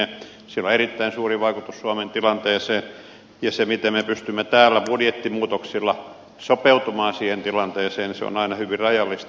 sillä on erittäin suuri vaikutus suomen tilanteeseen ja se miten me pystymme täällä budjettimuutoksilla sopeutumaan siihen tilanteeseen on aina hyvin rajallista